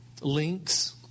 links